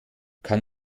kann